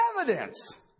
evidence